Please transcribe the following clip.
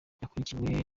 yakurikiwe